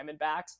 Diamondbacks